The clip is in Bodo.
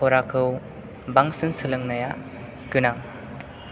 फराखौ बांसिन सोलोंनाया गोनां